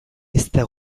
ezta